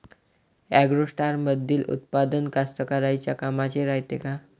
ॲग्रोस्टारमंदील उत्पादन कास्तकाराइच्या कामाचे रायते का?